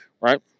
right